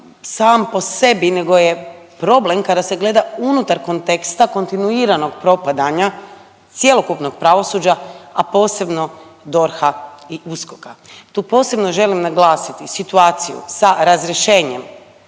sam po sebi nego je problem kada se gleda unutar konteksta kontinuiranog propadanja cjelokupnog pravosuđa, a posebno DORH-a i USKOK-a. Tu posebno želim naglasiti situaciju sa razrješenjem